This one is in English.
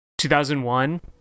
2001